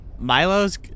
Milo's